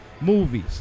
movies